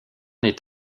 est